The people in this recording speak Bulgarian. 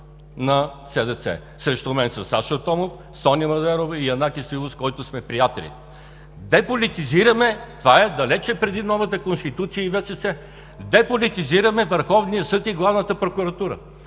на СДС, срещу мен са Сашо Томов, Соня Младенова и Янаки Стоилов, с който сме приятели. Деполитизираме ¬– това е далече преди новата конституция, деполитизираме Върховния съд и главната прокуратура,